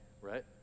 right